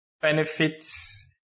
benefits